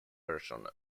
person